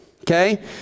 okay